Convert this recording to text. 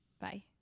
bye